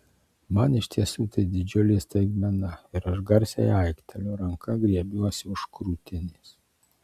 man iš tiesų tai didžiulė staigmena ir aš garsiai aikteliu ranka griebiuosi už krūtinės